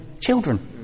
children